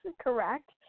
correct